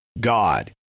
god